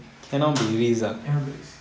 cannot be race